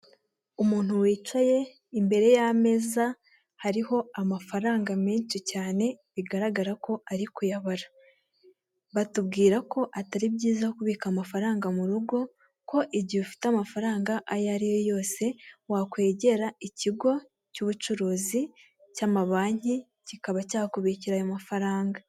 Umuntu wicaye imbere y'ameza hariho amafaranga menshi cyane bigaragara ko ari kuyabara, batubwira ko atari byiza kubika amafaranga mu rugo ko igihe ufite amafaranga ayo ari yo yose wakwegera ikigo cy'ubucuruzi cy'amabanki kikaba cyakubikira aya mafaranga.